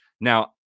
Now